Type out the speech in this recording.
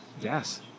Yes